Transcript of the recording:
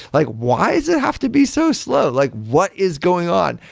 like why is it have to be so slow? like what is going on?